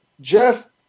Jeff